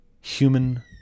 human